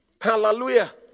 Hallelujah